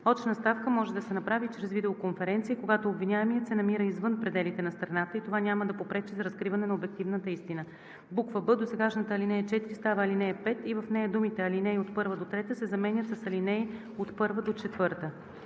Очна ставка може да се направи и чрез видеоконференция, когато обвиняемият се намира извън пределите на страната и това няма да попречи за разкриване на обективната истина.“; б) досегашната ал. 4 става ал. 5 и в нея думите „Алинеи 1 - 3“ се заменят с „Алинеи 1 - 4“.